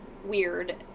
Weird